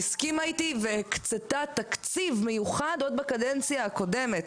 היא הסכימה איתי והקצתה תקציב מיוחד עוד בקדנציה הקודמת.